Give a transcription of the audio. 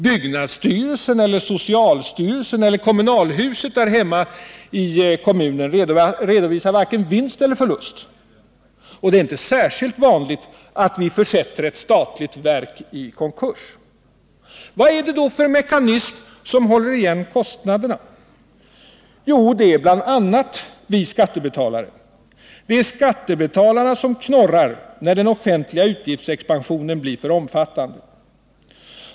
Byggnadsstyrelsen, socialstyrelsen eller kommunalhuset hemma i kommunen redovisar varken vinst eller förlust. Och det är inte särskilt vanligt att vi försätter ett statligt verk i konkurs. Vad är det då för mekanism som håller igen kostnaderna? Jo, det är bl.a. vi skattebetalare. Det är skattebetalarna som knorrar när den offentliga utgiftsexpansionen blir för omfattande.